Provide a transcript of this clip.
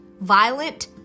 violent